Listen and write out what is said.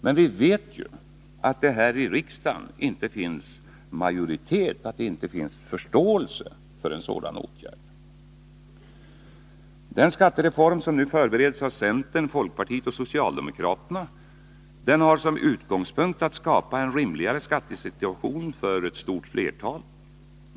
Men vi vet ju att det hos riksdagens majoritet inte finns förståelse för en sådan åtgärd. Den skattereform som nu förbereds av centern, folkpartiet och socialdemokraterna har som utgångspunkt att skapa en rimligare skattesituation för ett stort flertal.